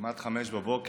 כמעט 05:00,